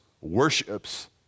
worships